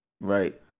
Right